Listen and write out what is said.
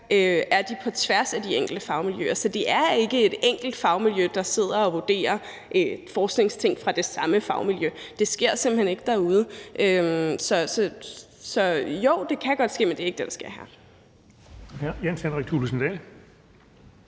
helt på tværs af de enkelte fagmiljøer. Så det er ikke et enkelt fagmiljø, der sidder og vurderer forskningsarbejde fra det samme fagmiljø. Det sker simpelt hen ikke derude. Så jo, det kan godt ske, men det er ikke det, der sker her.